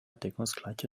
deckungsgleiche